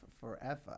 forever